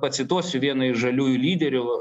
pacituosiu vieną iš žaliųjų lyderių